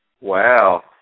Wow